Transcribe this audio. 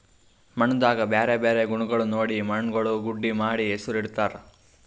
ಮಣ್ಣದಾಗ್ ಬ್ಯಾರೆ ಬ್ಯಾರೆ ಗುಣಗೊಳ್ ನೋಡಿ ಮಣ್ಣುಗೊಳ್ ಗುಡ್ಡಿ ಮಾಡಿ ಹೆಸುರ್ ಇಡತ್ತಾರ್